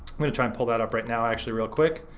i'm gonna try and pull that up right now actually real quick.